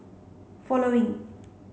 following